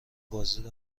بازدید